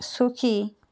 সুখী